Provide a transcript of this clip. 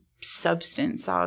Substance